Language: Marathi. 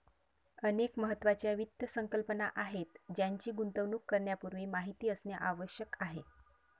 अनेक महत्त्वाच्या वित्त संकल्पना आहेत ज्यांची गुंतवणूक करण्यापूर्वी माहिती असणे आवश्यक आहे